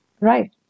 Right